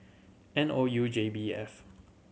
N O U J B F